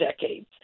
decades